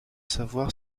savoir